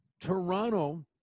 Toronto